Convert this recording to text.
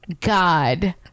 god